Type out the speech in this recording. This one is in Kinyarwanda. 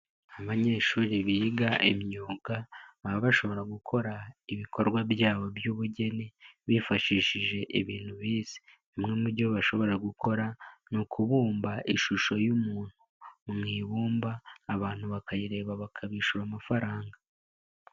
Abanyeshuri biga imyuga baba bashobora gukora ibikorwa byabo by'ubugeni bifashishije ibintu bize. Bimwe mu byo bashobora gukora ni ukubumba ishusho y'umuntu mu ibumba, abantu bakayireba bakabishyura amafaranga.